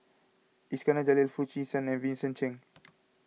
Iskandar Jalil Foo Chee San and Vincent Cheng